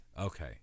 Okay